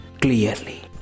clearly